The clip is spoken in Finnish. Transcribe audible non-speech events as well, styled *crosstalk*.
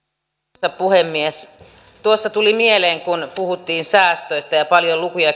arvoisa puhemies tuli mieleen kun puhuttiin säästöistä ja paljon lukuja *unintelligible*